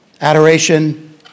adoration